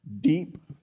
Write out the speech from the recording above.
deep